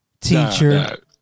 teacher